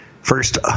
First